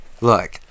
Look